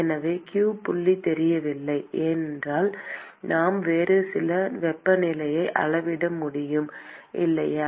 எனவே q புள்ளி தெரியவில்லை என்றால் நாம் வேறு சில வெப்பநிலையை அளவிட முடியும் இல்லையா